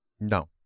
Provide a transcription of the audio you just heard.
No